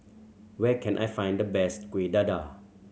where can I find the best Kuih Dadar